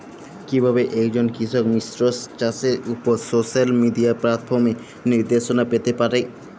কিভাবে একজন কৃষক মিশ্র চাষের উপর সোশ্যাল মিডিয়া প্ল্যাটফর্মে নির্দেশনা পেতে পারে?